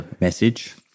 message